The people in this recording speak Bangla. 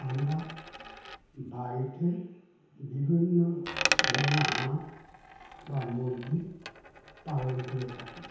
আমরা বাড়িতে বিভিন্ন ধরনের হাঁস বা মুরগি পালন করে থাকি